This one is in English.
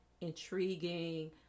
intriguing